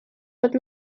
pot